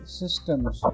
systems